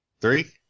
Three